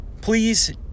please